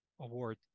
award